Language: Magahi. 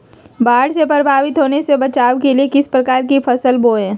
बाढ़ से प्रभावित होने से बचाव के लिए किस प्रकार की फसल बोए?